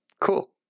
Cool